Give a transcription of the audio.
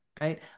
right